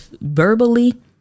verbally